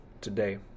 today